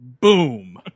Boom